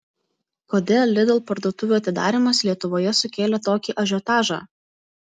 kodėl lidl parduotuvių atidarymas lietuvoje sukėlė tokį ažiotažą